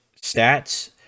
stats